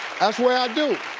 that's what i do.